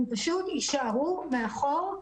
הם פשוט יישארו מאחור.